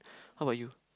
how ~bout you